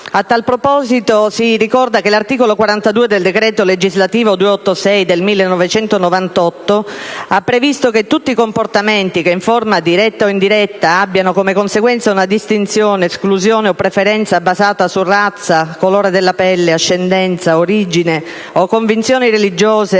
A tale proposito si ricorda che l'articolo 43 del decreto legislativo n. 286 del 1998 ha previsto che tutti i comportamenti che, in forma diretta o indiretta, abbiano come conseguenza una distinzione, esclusione o preferenza basata su razza, colore della pelle, ascendenza, origine o convinzioni religiose